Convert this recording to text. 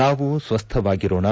ನಾವು ಸ್ವಸ್ವಾಗಿರೋಣ